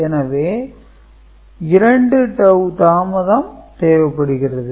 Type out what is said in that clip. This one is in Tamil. எனவே 2டவூ தாமதம் தேவைப்படுகிறது